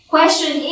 Question